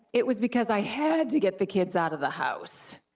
it was because i had to get the kids out of the house.